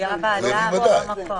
מחויבים ודאי.